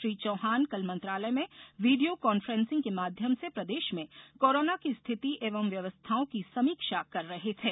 श्री चौहान कल मंत्रालय में वीडियो कान्फ्रेंसिंग के माध्यम से प्रदेश में कोरोना की स्थिति एवं व्यवस्थाओं की समीक्षा कर रहे थे